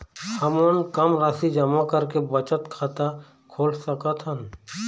हमन कम राशि जमा करके बचत खाता खोल सकथन?